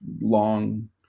long